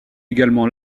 également